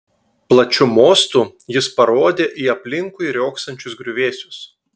plačiu mostu jis parodė į aplinkui riogsančius griuvėsius